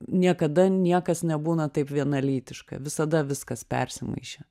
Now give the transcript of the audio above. niekada niekas nebūna taip vienalytiška visada viskas persimaišę